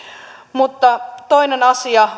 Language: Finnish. mutta toinen asia